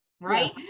right